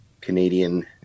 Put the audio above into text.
canadian